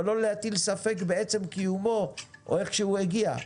אבל לא להטיל ספק בעצם קיומו או איך שהוא הגיע.